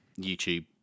YouTube